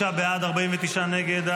59 בעד, 49 נגד.